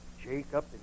Jacob